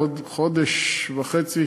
עוד חודש וחצי.